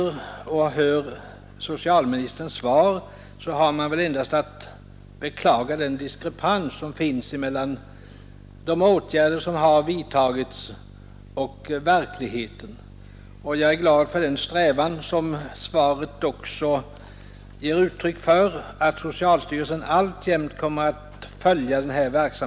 Då jag hör socialministerns svar kan jag endast beklaga den diskrepans hindra att människor avlider i isole hindra att människor avlider i isolering som finns mellan de åtgärder som har vidtagits och verkligheten. Jag är glad för den strävan som svaret också ger uttryck för att socialstyrelsen alltjämt kommer att följa denna fråga.